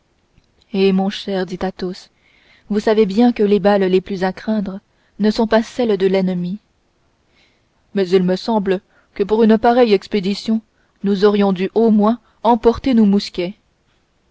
eh mon cher dit athos vous savez bien que les balles les plus à craindre ne sont pas celles de l'ennemi mais il me semble que pour une pareille expédition nous aurions dû au moins emporter nos mousquets